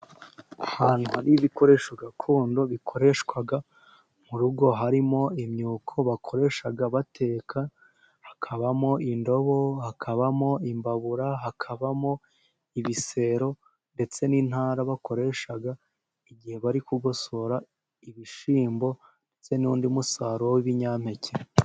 Ahantu hari ibikoresho gakondo bikoreshwa mu rugo, harimo imyuko bakoresha bateka hakabamo indobo, hakabamo imbabura, hakabamo ibisero ndetse n'intara bakoresha igihe bari kugosora ibishyimbo, ndetse n'undi musaruro w'ibinyampeke.